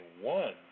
one